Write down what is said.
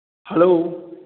hello